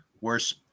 worse